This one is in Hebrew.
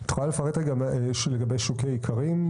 את יכולה לפרט רגע לגבי שוקי האיכרים?